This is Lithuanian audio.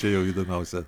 čia jau įdomiausia